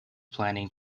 planning